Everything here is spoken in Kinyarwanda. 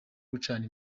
gucana